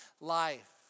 life